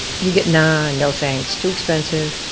you get nah, no thanks, too expensive.